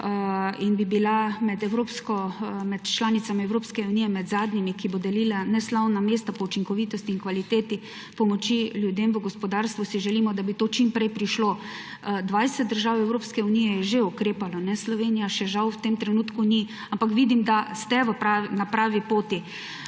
in bi bila med članicami Evropske unije med zadnjimi, ki bo delila neslavna mesta po učinkovitosti in kvaliteti pomoči ljudem v gospodarstvu, si želimo, da bi to čim prej prišlo. 20 držav Evropske unije je že ukrepalo. Slovenija žal v tem trenutku še ni. Ampak vidim, da ste na pravi poti.